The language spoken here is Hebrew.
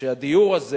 שהדיור הזה